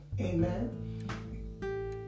Amen